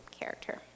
character